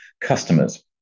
customers